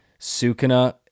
Sukuna